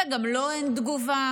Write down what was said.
וגם לו אין תגובה.